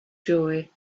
joy